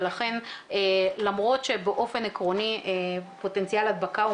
ולכן למרות שבאופן עקרוני פוטנציאל הדבקה הוא